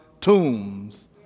tombs